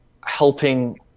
helping